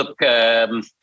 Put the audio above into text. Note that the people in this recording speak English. look